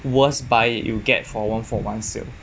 worst buy you get for one for one sale